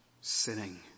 sinning